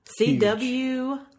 CW